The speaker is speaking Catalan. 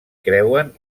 creuen